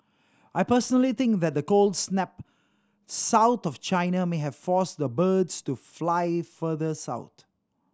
I personally think that the cold snap south of China may have forced the birds to fly further sought